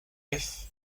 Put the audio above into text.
life